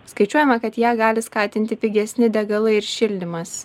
skaičiuojama kad ją gali skatinti pigesni degalai ir šildymas